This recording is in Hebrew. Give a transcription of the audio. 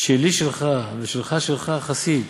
שלי שלך ושלך שלך, חסיד.